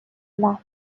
less